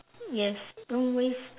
yes don't waste